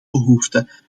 behoefte